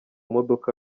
modoka